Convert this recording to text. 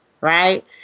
right